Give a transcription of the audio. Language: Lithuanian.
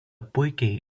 puikiai